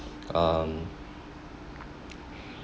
um